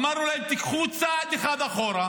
אמרנו להם: תיקחו צעד אחד אחורה,